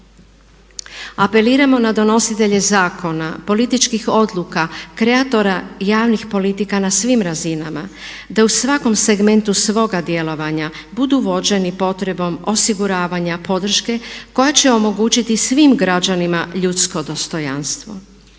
Apeliramo na donositelje zakona, političkih odluka, kreatora javnih politika na svim razinama da u svakom segmentu svoga djelovanja budu vođeni potrebom osiguravanja podrške koja će omogućiti svim građanima ljudsko dostojanstvo.